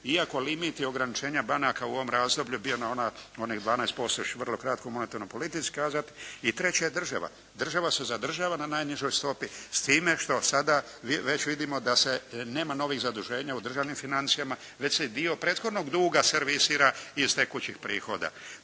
iako limiti i ograničenja banaka u ovom razdoblju je bio na onih 12% … /Ne razumije se./ … i treće je država. Država se zadržala na najnižoj stopi s time što sada već vidimo da nema novih zaduženja u državnim financijama, već se dio prethodnog duga servisira iz tekućih prihoda.